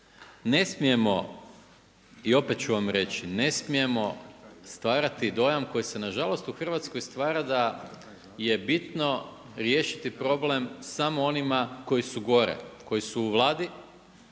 Ne smijemo i opet ću vam reći, ne smijemo stvarati dojam koji se nažalost u Hrvatskoj stvara da je bitno riješiti problem samo onima koji su gore, koji su u Vladi,